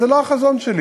אז זה לא החזון שלי.